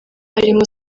harimo